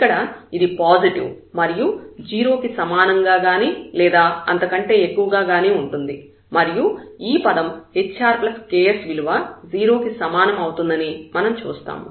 ఇక్కడ ఇది పాజిటివ్ మరియు 0 కి సమానంగా గానీ లేదా అంతకంటే ఎక్కువగా గానీ ఉంటుంది మరియు ఈ పదం hrks విలువ 0 కి సమానం అవుతుందని మనం చూస్తాము